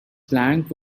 plank